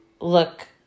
look